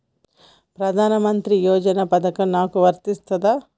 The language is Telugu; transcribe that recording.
ప్రధానమంత్రి యోజన పథకం నాకు వర్తిస్తదా?